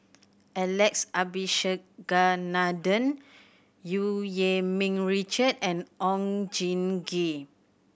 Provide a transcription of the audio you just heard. Alex Abisheganaden Eu Yee Ming Richard and Oon Jin Gee